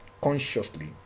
consciously